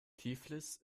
tiflis